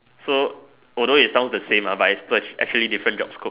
so although it sounds the same ah but it's actually different job scope